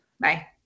bye